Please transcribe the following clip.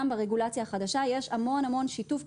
גם ברגולציה החדשה יש המון-המון שיתוף,